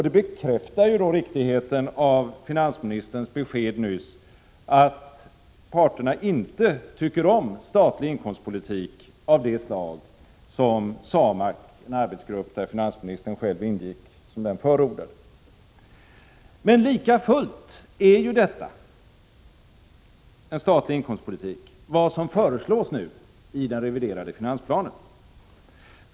Det bekräftar riktigheten av finansministerns besked nyss att parterna inte tycker om statlig inkomstpolitik av det slag som SAMAK, en arbetsgrupp där finansministern själv ingick, förordade. Men likafullt är detta — en statlig inkomstpolitik — vad som nu föreslås i den reviderade finansplanen.